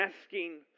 asking